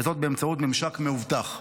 וזאת באמצעות ממשק מאובטח.